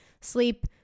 Sleep